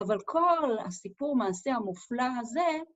אבל כל הסיפור מעשה המופלא הזה...